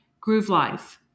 Groovelife